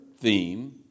theme